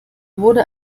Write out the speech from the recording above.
wurde